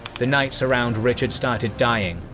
the knights around richard started dying,